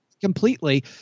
completely